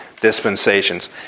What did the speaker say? dispensations